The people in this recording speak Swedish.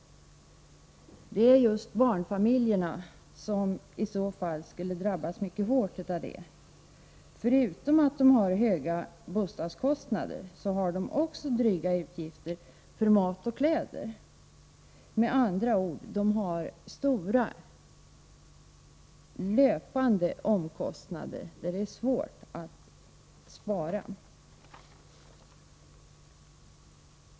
Det är just barnfamiljerna som i så fall skulle drabbas mycket hårt. Förutom att de har höga bostadskostnader har de också dryga utgifter för mat och kläder. Med andra ord har de stora löpande omkostnader, som det är svårt att spara in på.